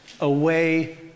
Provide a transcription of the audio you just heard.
away